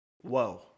whoa